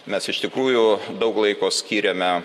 mes iš tikrųjų daug laiko skyrėme